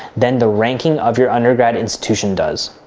then the ranking of your undergrad institution does.